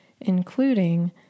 including